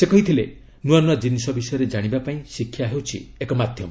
ସେ କହିଥିଲେ ନୂଆ ନୂଆ ଜିନିଷ ବିଷୟରେ ଜାଣିବା ପାଇଁ ଶିକ୍ଷା ହେଉଛି ଏକ ମାଧ୍ୟମ